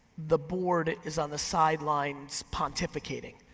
the board is on the sidelines pontificating.